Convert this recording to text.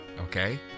okay